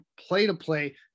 play-to-play